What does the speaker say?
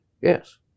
yes